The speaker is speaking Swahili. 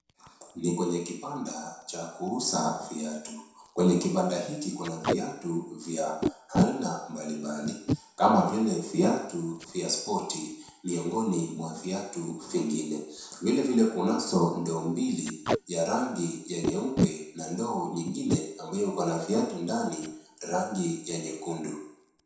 Ni kwenye kibanda cha kuuza viatu, kwenye kibanda hiki kuna viatu vya aina mbali mbali kama vile viatu vya spoti miongoni mwa viatu vingine vile vile kunazo ndoo mbili ya rangi ya nyeupe na ndoo nyingine ambayo iko na viatu ndani rangi ya nyekundu.